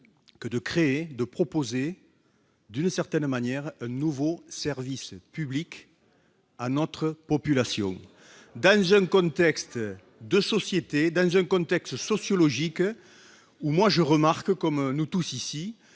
que de créer de proposer, d'une certaine manière, nouveau service public à notre population Dan, jeune contexte de société dans un contexte sociologique ou moi je remarque comme nous tous ici,